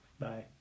Bye